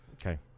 Okay